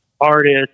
artist